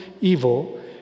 evil